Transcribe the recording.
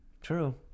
true